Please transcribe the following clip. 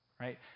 right